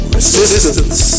Resistance